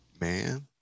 Man